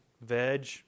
Veg